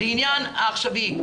לעניין העכשווי,